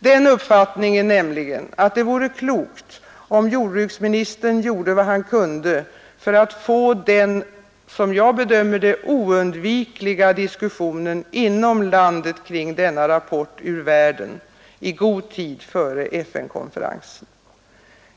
den uppfattningen att det vore klokt om jordbruksministern gjorde vad han kunde för att få den, som jag bedömer det, oundvikliga diskussionen inom landet kring denna rapport ur världen i god tid före FN-konferensen.